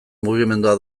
mugimendua